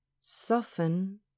Soften